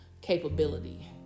capability